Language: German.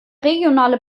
regionale